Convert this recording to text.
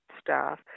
staff